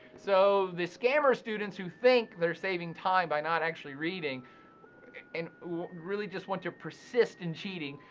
so the scammer students who think they're saving time by not actually reading and really just want to persist in cheating,